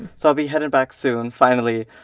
so i'll be headed back soon finally,